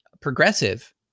progressive